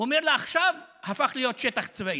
הוא אומר לה: עכשיו הפך להיות שטח צבאי.